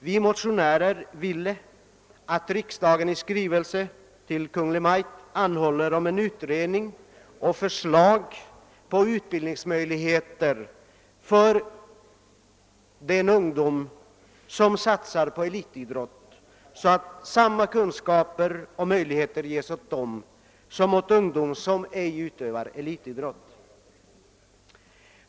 Vi motionärer ville att riksdagen i skrivelse till Kungl. Maj:t skulle anhålla om utredning och förslag om vidare utbildning för de ungdomar som satsar på elitidrott, så att samma kunskaper och möjligheter ges åt dem som åt ungdom som ej utövar elitidrott.